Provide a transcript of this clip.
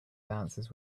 dances